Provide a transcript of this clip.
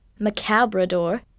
Macabrador